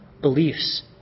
beliefs